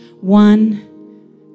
One